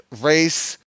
race